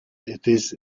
its